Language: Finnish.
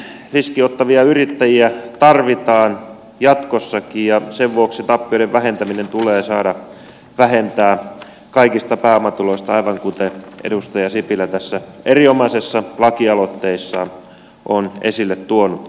riskin ottavia yrittäjiä tarvitaan jatkossakin ja sen vuoksi tappioita tulee saada vähentää kaikista pääomatuloista aivan kuten edustaja sipilä tässä erinomaisessa lakialoitteessaan on esille tuonutkin